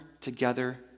together